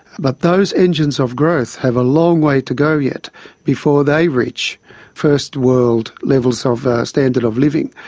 but those engines of growth have a long way to go yet before they reach first world levels of standard of living.